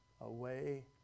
away